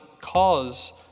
cause